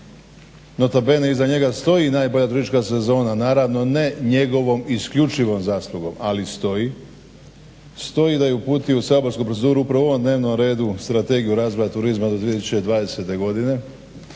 Nota bene iza njega stoji najbolja turistička sezona, naravno ne njegovom isključivom zaslugom, ali stoji da je uputio u saborsku proceduru upravo ovom dnevno redu strategiju razvoja turizma do 2020. godine,